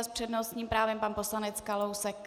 S přednostním právem pan poslanec Kalousek.